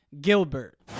Gilbert